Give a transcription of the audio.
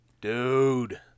Dude